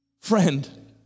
friend